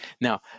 Now